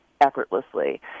effortlessly